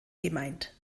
gemeint